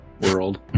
world